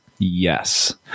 yes